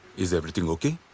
is everything okay?